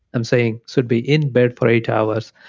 i'm saying should be in bed for eight hours,